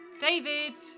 David